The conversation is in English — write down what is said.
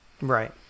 Right